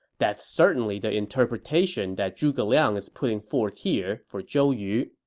that's certainly the interpretation that zhuge liang is putting forth here for zhou yu